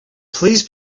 please